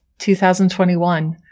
2021